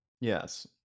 Yes